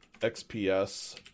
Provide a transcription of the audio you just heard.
XPS